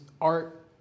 art